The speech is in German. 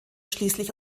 schließlich